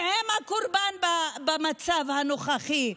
שהן הקורבן במצב הנוכחי.